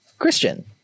christian